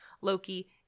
loki